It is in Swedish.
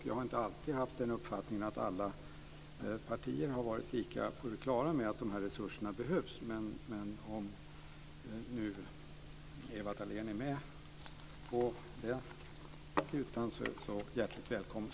Jag har inte alltid haft uppfattningen att alla partier har varit lika klara över att dessa resurser behövs, men om nu Ewa Thalén Finné är med på den skutan är hon hjärtligt välkommen.